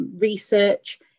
research